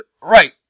right